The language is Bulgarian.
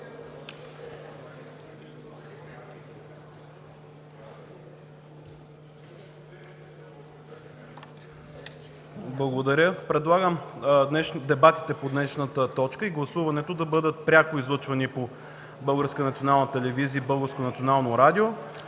Благодаря. Предлагам дебатите по днешната точка и гласуването да бъдат пряко излъчвани по Българската